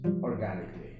organically